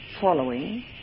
following